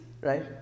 Right